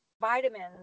vitamins